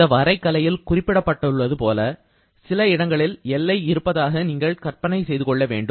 இந்த வரை கலையில் குறிப்பிடப்பட்டுள்ளது போல சில இடங்களில் எல்லை இருப்பதாக நீங்கள் கற்பனை செய்து கொள்ள வேண்டும்